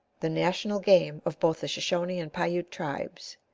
the national game of both the shoshone and piute tribes.